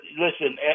listen